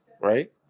right